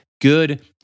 good